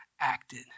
acted